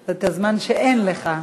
את הזמן שאין לך.